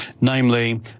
namely